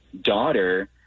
daughter